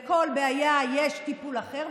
לכל בעיה יש טיפול אחר,